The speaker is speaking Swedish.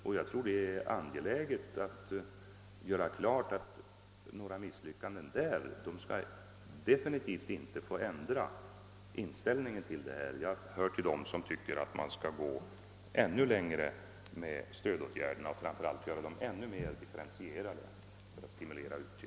Det är därför angeläget att göra klart att några misslyckanden där under inga förhållanden får ändra vår inställning till denna fråga. Jag hör till dem som tycker att man kan gå ännu längre när det gäller stödåtgärder och framför allt göra dem ännu mer differentierade.